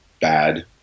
bad